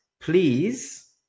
please